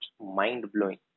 mind-blowing